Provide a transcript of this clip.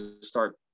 start